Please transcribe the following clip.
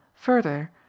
further,